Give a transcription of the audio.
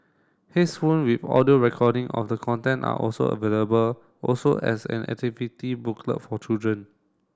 heads phone with audio recording of the content are also available also as an activity booklet for children